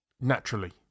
Naturally